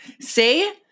See